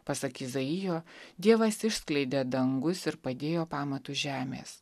pasak izaijo dievas išskleidė dangus ir padėjo pamatus žemės